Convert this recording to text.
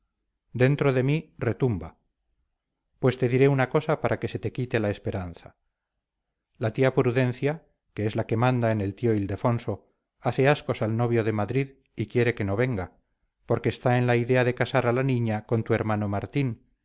dentro de mí retumba pues te diré una cosa para que se te quite la esperanza la tía prudencia que es la que manda en el tío ildefonso hace ascos al novio de madrid y quiere que no venga porque está en la idea de casar a la niña con tu hermano martín